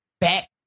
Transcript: back